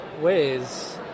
ways